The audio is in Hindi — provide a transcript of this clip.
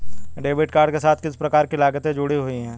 डेबिट कार्ड के साथ किस प्रकार की लागतें जुड़ी हुई हैं?